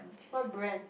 what brand